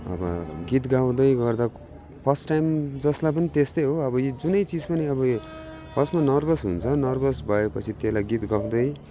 अब गीत गाउँदै गर्दा फर्स्ट टाइम जसलाई पनि त्यस्तै हो अब यो जुनै चिज पनि अब यो फर्स्टमा नर्भस हुन्छ नर्भस भएपछि त्यसलाई गीत गाउँदै